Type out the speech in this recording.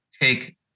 take